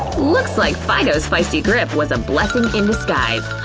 looks like fido's feisty grip was a blessing in disguise,